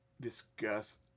discuss